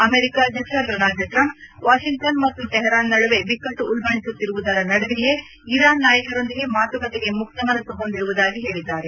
America ಅಧ್ಯಕ್ಷ Donald Trump Washington ಮತ್ತು Tehran ನಡುವೆ ಬಿಕ್ಕಟ್ಟು ಉಲ್ಲಣಿಸುತ್ತಿರುವುದರ ನಡುವೆಯೇ ಇರಾನ್ ನಾಯಕರೊಂದಿಗೆ ಮಾತುಕತೆಗೆ ಮುಕ್ತ ಮನಸ್ತು ಹೊಂದಿರುವುದಾಗಿ ಹೇಳಿದ್ದಾರೆ